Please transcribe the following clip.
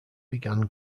began